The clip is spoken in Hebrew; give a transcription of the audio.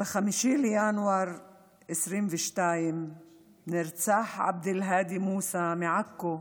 ב-5 בינואר 2022 נרצח עבד אלהאדי מוסא מעכו.